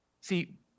See